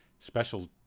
special